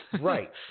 Right